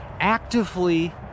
actively